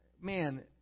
man